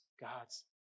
God's